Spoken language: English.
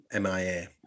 mia